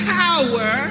power